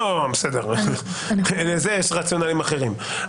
בסדר, לזה יש רציונלים אחרים.